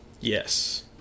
Yes